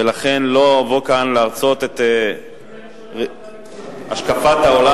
ולכן לא אבוא כאן להרצות את השקפת העולם